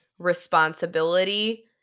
responsibility